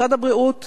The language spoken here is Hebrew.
משרד הבריאות